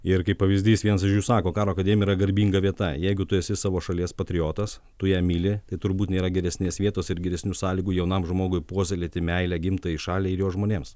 ir kaip pavyzdys viens iš jų sako karo akademija yra garbinga vieta jeigu tu esi savo šalies patriotas tu ją myli tai turbūt nėra geresnės vietos ir geresnių sąlygų jaunam žmogui puoselėti meilę gimtajai šaliai ir jos žmonėms